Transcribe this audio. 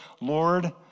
Lord